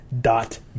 Dot